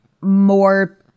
more